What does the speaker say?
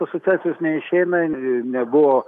asociacijos neišeina nebuvo